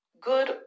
good